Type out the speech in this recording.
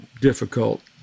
difficult